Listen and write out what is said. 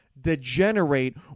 degenerate